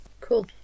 Cool